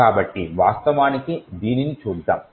కాబట్టి వాస్తవానికి దీనిని చూద్దాం